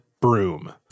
broom